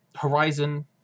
Horizon